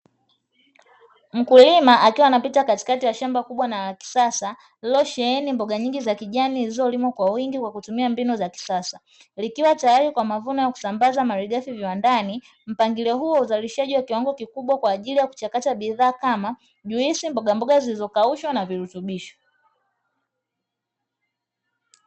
Mkulima akiwa anapita katikati ya shamba kubwa na la kisasa lililosheheni mboga nyingi za kijani zilizolimwa kwa wingi kwa kutumia mbinu za kisasa, likiwa tayari kwa mavuno na kusambaza malighafi viwandani mpangilio huo wa uzalishaji wa kiwango kikubwa kwa ajili ya kuchakata bidhaa kama juisi, mbogamboga zilizokaushwa na virutubishi.